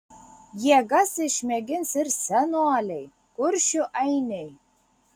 jėgas išmėgins ir senoliai kuršių ainiai